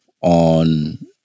on